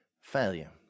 failure